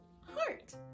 heart